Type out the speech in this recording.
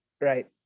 Right